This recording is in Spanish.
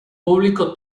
público